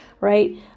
right